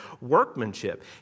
workmanship